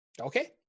Okay